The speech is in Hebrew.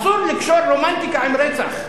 אסור לקשור רומנטיקה עם רצח.